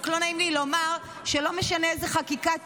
רק לא נעים לי לומר שלא משנה איזה חקיקה תהיה.